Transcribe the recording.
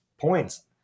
points